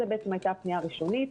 זו בעצם הייתה הפנייה הראשונית.